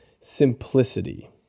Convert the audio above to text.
simplicity